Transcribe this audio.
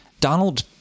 Donald